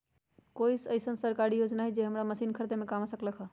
कोइ अईसन सरकारी योजना हई जे हमरा मशीन खरीदे में काम आ सकलक ह?